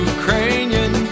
Ukrainian